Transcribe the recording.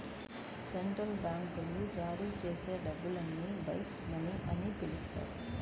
central బ్యాంకులు జారీ చేసే డబ్బుల్ని బేస్ మనీ అని పిలుస్తారు